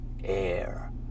air